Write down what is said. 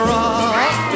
Rock